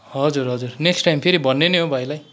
हजुर हजुर next time फेरि भन्ने नै हो भाइलाई